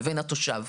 לבין התושב?